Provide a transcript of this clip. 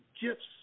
gifts